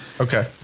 Okay